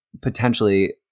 potentially